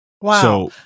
Wow